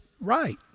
right